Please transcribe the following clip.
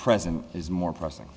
present is more pressing